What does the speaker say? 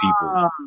people